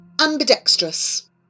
ambidextrous